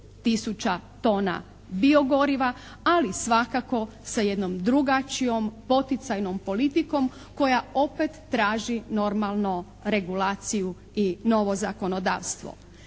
tisuća tona bio-goriva, ali svakako sa jednom drugačijom poticajnom politikom koja opet traži normalno regulaciju i novo zakonodavstvo.